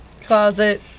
Closet